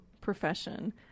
profession